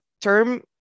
term